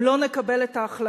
אם לא נקבל את ההחלטה,